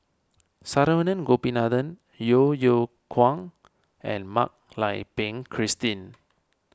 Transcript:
Saravanan Gopinathan Yeo Yeow Kwang and Mak Lai Peng Christine